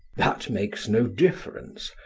that makes no difference.